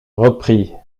reprit